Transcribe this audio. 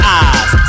eyes